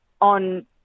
on